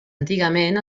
antigament